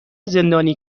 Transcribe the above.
زندانی